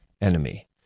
enemy